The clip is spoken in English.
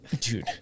dude